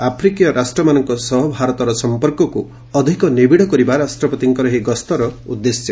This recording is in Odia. ଏହି ଆଫ୍ରିକୀୟ ରାଷ୍ଟ୍ରମାନଙ୍କ ସହ ଭାରତର ସଂପର୍କକୁ ଅଧିକ ନିବିଡ଼ କରିବା ରାଷ୍ଟ୍ରପତିଙ୍କର ଏହି ଗସ୍ତର ଉଦ୍ଦେଶ୍ୟ